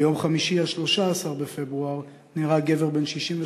ביום חמישי 13 בפברואר נהרג גבר בן 68